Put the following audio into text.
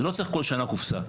לא צריך בכל שנה קופסה.